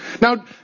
Now